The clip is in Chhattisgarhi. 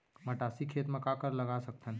मटासी खेत म का का लगा सकथन?